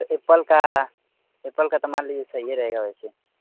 Apple का Apple का सामान लीजिए सही रहेगा वैसे